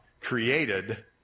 created